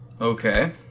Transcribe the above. Okay